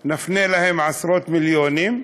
נפנה להם עשרות מיליונים,